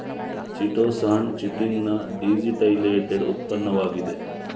chitosan chitin ನ deacetylated ಉತ್ಪನ್ನವಾಗಿದೆ